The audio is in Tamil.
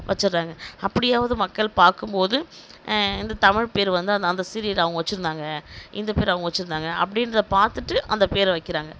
வச்சிர்றாங்க அப்படியாது வந்து மக்கள் பார்க்கும்போது இந்த தமிழ் பேர் வந்து அந்த அந்த சீரியலில் அவங்க வைச்சிருந்தாங்க இந்த பேரு அவங்க வைச்சிருந்தாங்க அப்படின்றத பார்த்துட்டு அந்த பேரை வைக்கிறாங்க